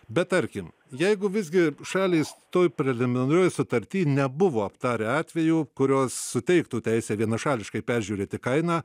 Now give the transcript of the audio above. bet tarkim jeigu visgi šalys toj preliminariojoj sutarty nebuvo aptarę atvejų kurios suteiktų teisę vienašališkai peržiūrėti kainą